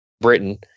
Britain